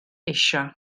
eisiau